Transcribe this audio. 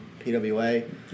PWA